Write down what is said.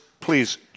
please